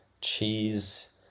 cheese